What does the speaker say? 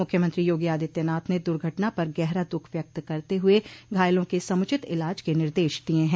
मूख्यमंत्री योगी आदित्यनाथ ने दुर्घटना पर गहरा दुःख व्यक्त करते हुए घायलों के समुचित इलाज के निर्देश दिय हैं